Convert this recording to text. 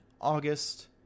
August